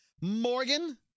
Morgan